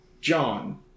John